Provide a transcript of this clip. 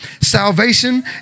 salvation